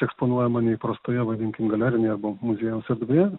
eksponuojama neįprastoje vadinkim galerinėje arba muziejaus erdvėje